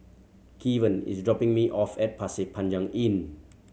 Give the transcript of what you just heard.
Kevan is dropping me off at Pasir Panjang Inn